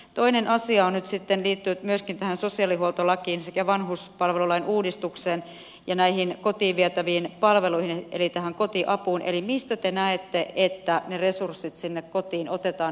toinen asia joka liittyy myöskin tähän sosiaalihuoltolakiin sekä vanhuspalvelulain uudistukseen ja näihin kotiin vietäviin palveluihin eli kotiapuun on nyt sitten se mistä te näette että ne resurssit sinne kotiin otetaan